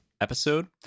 episode